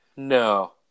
No